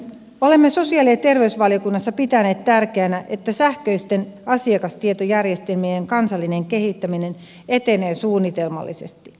olemme sosiaali ja terveysvaliokunnassa pitäneet tärkeänä että sähköisten asiakastietojärjestelmien kansallinen kehittäminen etenee suunnitelmallisesti